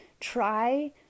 try